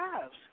lives